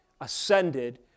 ascended